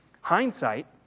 hindsight